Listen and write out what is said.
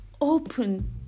open